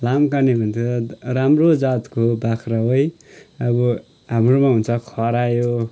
लामकाने भन्छ राम्रो जातको बाख्रा हो है अब हाम्रोमा हुन्छ खरायो